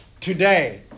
Today